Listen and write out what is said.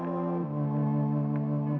to